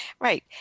Right